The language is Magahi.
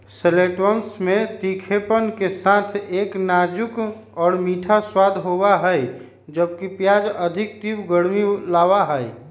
शैलोट्सवन में तीखेपन के साथ एक नाजुक और मीठा स्वाद होबा हई, जबकि प्याज अधिक तीव्र गर्मी लाबा हई